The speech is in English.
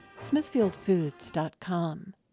Smithfieldfoods.com